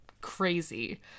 crazy